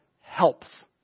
helps